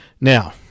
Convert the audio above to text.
Now